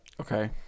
Okay